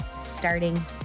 starting